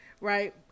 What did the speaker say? Right